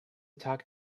talk